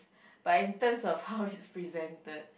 but in terms of how it's presented